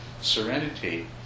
serenity